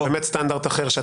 באמת סטנדרט אחר.